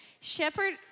Shepherd